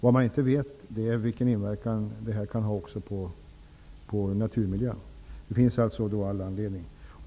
Vad man inte vet är vilken inverkan den kan ha på naturen.